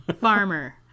Farmer